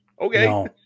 okay